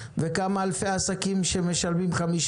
וואן אבל בתי החולים למשל מקבלים מקופת החולים